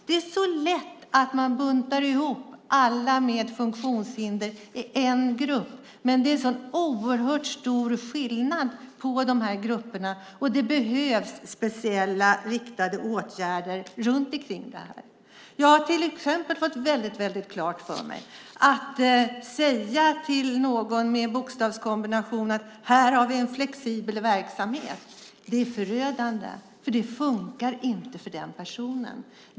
Det är så lätt att man buntar ihop alla med funktionshinder i en grupp. Men det är en oerhört stor skillnad på de här grupperna, och det behövs speciella riktade åtgärder. Jag har till exempel fått väldigt klart för mig att det är förödande att säga till någon med en bokstavskombination: Här har vi en flexibel verksamhet. Det funkar inte för den personen.